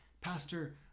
Pastor